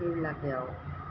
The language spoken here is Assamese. এইবিলাকেই আৰু